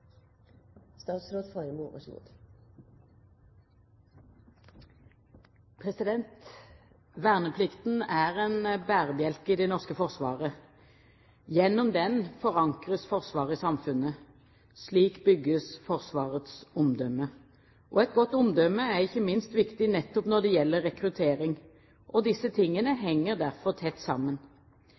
en bærebjelke i det norske forsvaret. Gjennom den forankres Forsvaret i samfunnet. Slik bygges Forsvarets omdømme, og et godt omdømme er ikke minst viktig nettopp når det gjelder rekruttering. Disse tingene henger derfor tett sammen.